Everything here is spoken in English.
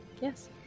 yes